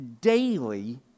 daily